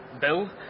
Bill